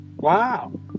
Wow